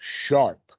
sharp